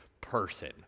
person